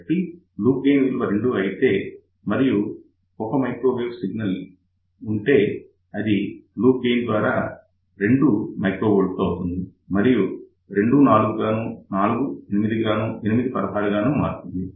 కాబట్టి loop gain విలువ 2 అయితే మరియు 1 μV సిగ్నల్ ఉంటే అది లూప్ గెయిన్ ద్వారా 2 μV అవుతుంది మరియు 2 4 గాను 4 8 గాను 8 16 గాను మారుతుంది